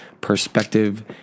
perspective